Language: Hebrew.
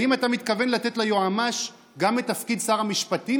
האם אתה מתכוון לתת ליועמ"ש גם את תפקיד שר המשפטים,